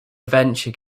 adventure